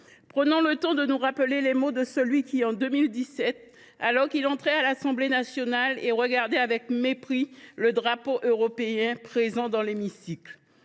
Prenons le temps de nous rappeler les mots de celui qui, en 2017, entrait à l’Assemblée nationale et regardait avec mépris le drapeau européen présent dans l’hémicycle